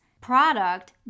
product